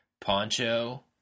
poncho